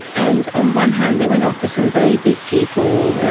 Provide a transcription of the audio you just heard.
and on one hand they went after some very big people.